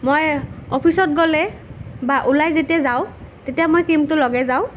মই অফিচত গ'লে বা ওলাই যেতিয়া যাওঁ তেতিয়া মই ক্ৰীমটো লগাই যাওঁ